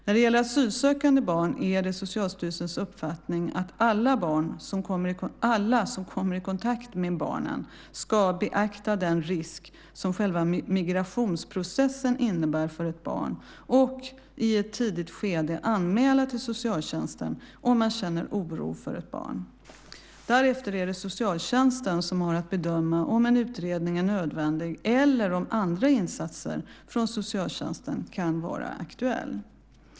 När det gäller asylsökande barn är det Socialstyrelsens uppfattning att alla som kommer i kontakt med barnen ska beakta den risk som själva migrationsprocessen innebär för ett barn och i ett tidigt skede anmäla till socialtjänsten om man känner oro för ett barn. Därefter är det socialtjänsten som har att bedöma om en utredning är nödvändig eller om andra insatser från socialtjänsten kan vara aktuella.